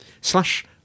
slash